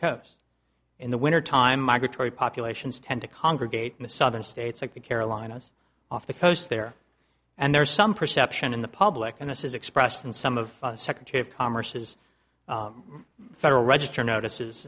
coast in the winter time migratory populations tend to congregate in the southern states like the carolinas off the coast there and there's some perception in the public and this is expressed in some of the secretary of commerce is federal register notices